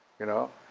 you know.